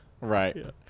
Right